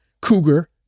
cougar